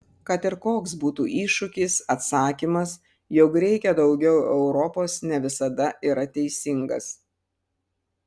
kad ir koks būtų iššūkis atsakymas jog reikia daugiau europos ne visada yra teisingas